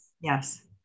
Yes